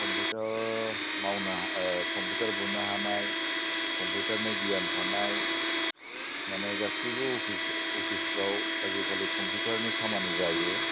computer मावनो computer बुनो हानाय कम्पिउटारनि गियान थानाय माने गासिबो अफिसियेल अफिसफ्राव आजिखालि कम्पिउटारनि खामानि जायो